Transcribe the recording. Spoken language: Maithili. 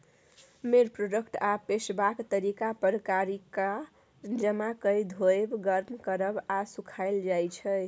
मेन प्रोडक्ट आ पोसबाक तरीका पर कीराकेँ जमा कए धोएब, गर्म करब आ सुखाएल जाइ छै